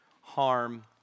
harm